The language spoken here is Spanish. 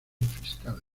fiscal